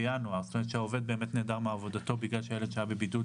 בגלל שהורה נעדר מעבודתו בגלל בידוד ילד.